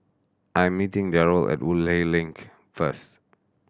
I'm meeting Darryle at Woodleigh Link first